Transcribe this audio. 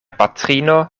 patrino